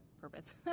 purpose